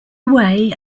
wei